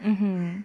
mmhmm